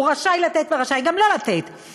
הוא רשאי לתת ורשאי גם לא לתת,